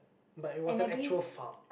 but it was an actual farm